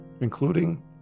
including